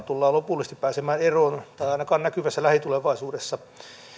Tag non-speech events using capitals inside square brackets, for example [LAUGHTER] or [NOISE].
[UNINTELLIGIBLE] tullaan lopullisesti pääsemään eroon tai ainakaan näkyvässä lähitulevaisuudessa